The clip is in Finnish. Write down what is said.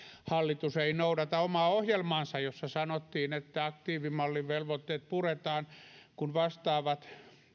hallitus ei noudata omaa ohjelmaansa jossa sanottiin että aktiivimallin velvoitteet puretaan kun vastaavat